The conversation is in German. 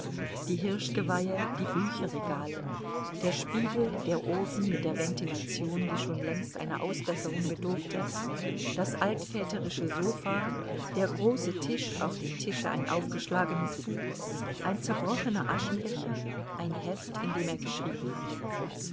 die hirschgeweihe die bücherregale der spiegel der ofen mit der ventilation die schon längst einer ausbesserung bedurfte das altväterische sofa der große tisch auf dem tische ein aufgeschlagenes buch ein zerbrochener aschenbecher ein heft in dem er geschrieben hatte